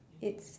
it's